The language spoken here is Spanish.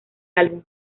álbum